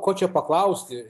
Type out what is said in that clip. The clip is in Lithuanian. ko čia paklausti